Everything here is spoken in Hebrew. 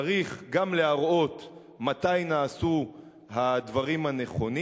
צריך גם להראות מתי נעשו הדברים הנכונים,